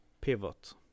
pivot